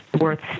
worth